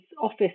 office